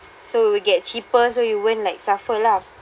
so will get cheaper so you won't like suffer lah